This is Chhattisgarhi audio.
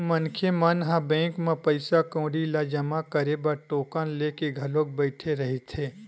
मनखे मन ह बैंक म पइसा कउड़ी ल जमा करे बर टोकन लेके घलोक बइठे रहिथे